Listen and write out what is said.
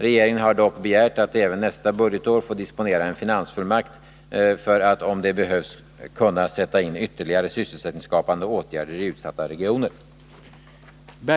Regeringen har dock begärt att även nästa budgetår få disponera en finansfullmakt för att om det behövs kunna sätta in ytterligare sysselsättningsskapande åtgärder i utsatta regioner.